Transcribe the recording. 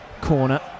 corner